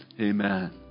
Amen